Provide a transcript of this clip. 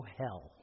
hell